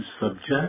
subject